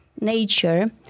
nature